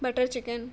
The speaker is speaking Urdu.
butter chicken